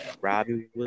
Robbie